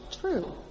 true